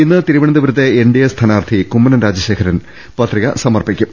ഇന്ന് തിരുവനന്തപുരത്തെ എൻഡിഎ സ്ഥാനാർത്ഥി കുമ്മനം രാജശേഖരൻ പത്രിക സമർപ്പിക്കും